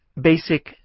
basic